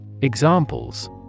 Examples